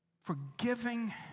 forgiving